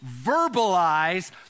verbalize